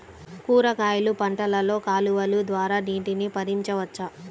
కూరగాయలు పంటలలో కాలువలు ద్వారా నీటిని పరించవచ్చా?